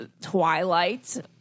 twilight